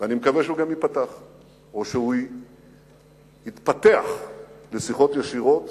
ואני מקווה שהוא גם ייפתח או שהוא יתפתח לשיחות ישירות